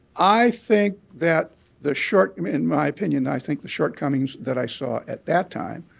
i think that the short in my opinion, i think the shortcomings that i saw at that time